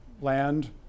land